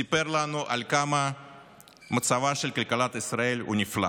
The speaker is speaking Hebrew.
סיפר לנו עד כמה מצבה של כלכלת ישראל הוא נפלא.